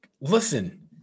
listen